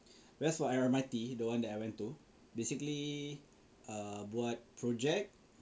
whereas for R_M_I_T the one that I went to basically err buat project